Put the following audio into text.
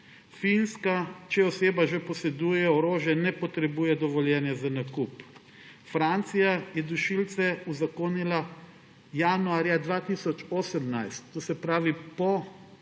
Finska, če oseba že poseduje orožje, ne potrebuje dovoljenja za nakup. Francija je dušilce uzakonila januarja 2018, to se pravi po